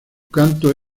canto